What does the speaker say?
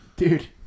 Dude